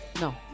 No